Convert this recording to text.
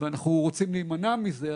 ואנחנו רוצים להימנע מזה,